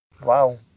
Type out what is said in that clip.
Wow